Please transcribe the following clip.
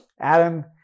Adam